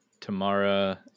Tamara